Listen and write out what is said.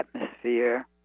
atmosphere